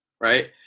right